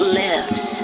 lives